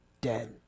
dead